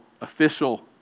official